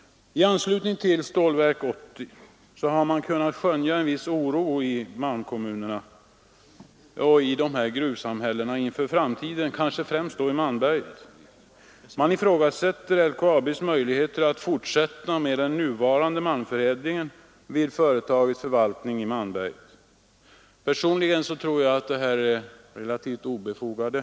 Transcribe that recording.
I anslutning till stålverket har en viss oro inför framtiden kunnat skönjas i malmkommunerna och gruvsamhällena, främst då i Malmberget. Man ifrågasätter LKAB:s möjligheter att fortsätta med den nuvarande malmförädlingen vid företagets förvaltning i Malmberget. Personligen tror jag att dessa farhågor är relativt obefogade.